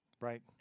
Right